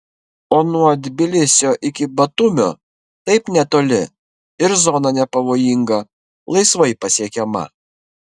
o nuo tbilisio iki batumio taip netoli ir zona nepavojinga laisvai pasiekiama